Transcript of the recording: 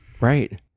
Right